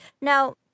Now